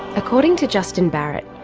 according to justin barrett,